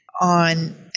on